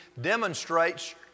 demonstrates